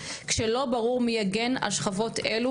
כשלא ברור מי יגן על שכבות אלו,